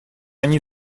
они